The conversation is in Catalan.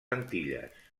antilles